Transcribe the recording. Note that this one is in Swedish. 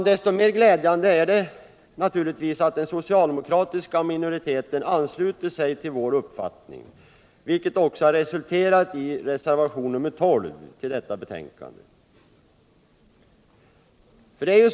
Desto mer glädjande är det att den socialdemokratiska minoriteten ansluter sig till vår uppfattning, vilket också har resulterat i reservationen 12 till detta betänkande.